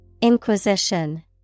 Inquisition